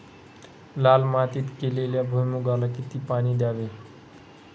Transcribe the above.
लाल मातीत केलेल्या भुईमूगाला किती पाणी द्यावे?